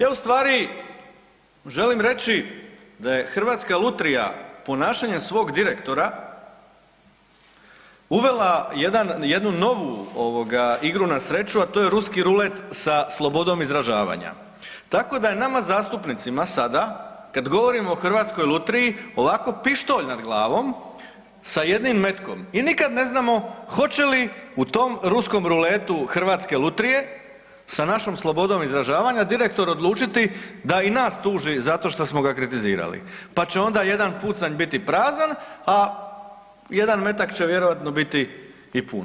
Ja ustvari želim reći da je Hrvatska lutrija ponašanjem svog direktora uvela jednu novu igru na sreću, a to je ruski rulet sa slobodom izražavanja, tako da nama zastupnicima sada kada govorimo o Hrvatskoj lutriji ovako pištolj nad glavom sa jednim metkom i nikad ne znamo hoće li u tom ruskom ruletu Hrvatske lutrije sa našom slobodom izražavanja direktor odlučiti da i nas tuži zato što smo ga kritizirali, pa će onda jedan pucanj biti prazan, a jedan metak će vjerojatno biti i pun.